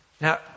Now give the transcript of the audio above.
Now